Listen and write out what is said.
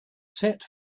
set